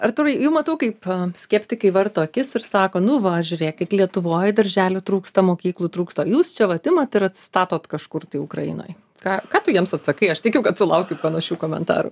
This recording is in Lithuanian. artūrai jau matau kaip skeptikai varto akis ir sako nu va žiūrėkit lietuvoj darželių trūksta mokyklų trūksta jūs čia vat imat ir atstatot kažkur tai ukrainoj ką ką tu jiems atsakai aš tikiu kad sulauki panašių komentarų